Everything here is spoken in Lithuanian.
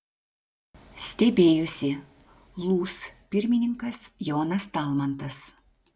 stebėjosi lūs pirmininkas jonas talmantas